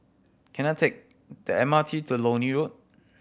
can I take the M R T to Lornie Road